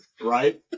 right